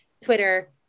Twitter